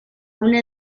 una